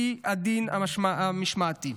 שהיא הדין המשמעתי.